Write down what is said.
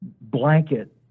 blanket